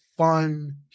fun